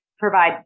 provide